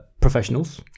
professionals